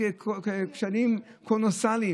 כשלים קולוסליים.